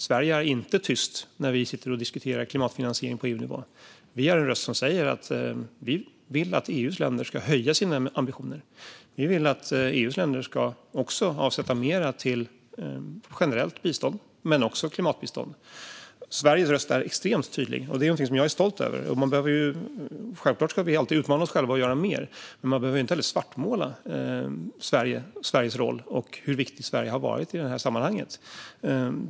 Sverige är inte tyst när vi sitter och diskuterar klimatfinansiering på EU-nivå. Vi är en röst som säger att vi vill att EU:s länder ska höja sina ambitioner. Vi vill att EU:s länder också ska avsätta mer till generellt bistånd men också till klimatbistånd. Sveriges röst är extremt tydlig, och det är någonting som jag är stolt över. Självklart ska vi alltid utmana oss själva och göra mer, men man behöver inte heller svartmåla Sverige och Sveriges viktiga roll i det här sammanhanget.